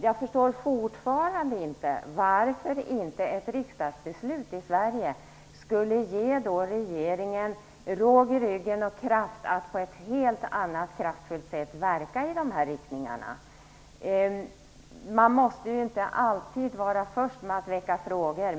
Jag förstår fortfarande inte varför ett riksdagsbeslut i Sverige inte skulle ge regeringen råg i ryggen och kraft att verka i de här riktningarna på ett helt annat sätt än vad som nu görs. Man måste inte alltid vara först med att väcka frågor.